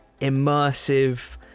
immersive